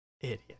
Idiot